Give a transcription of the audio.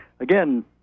again